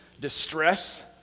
distress